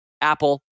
Apple